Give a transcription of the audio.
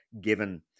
given